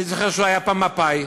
אני זוכר שהוא היה פעם מפא"י,